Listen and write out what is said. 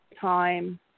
time